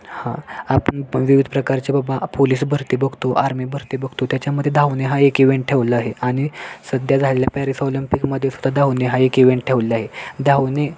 हा आपण विविध प्रकारचे बाबा पोलीस भरती बघतो आर्मी भरती बघतो त्याच्यामध्ये धावणे हा एक इवेंट ठेवला आहे आणि सध्या झालेल्या पॅरिस ऑलंपिकमध्ये सुद्धा धावणे हा एक इवेंट ठेवला आहे धावणे